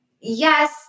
yes